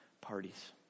parties